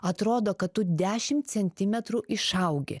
atrodo kad dešimt centimetrų išaugi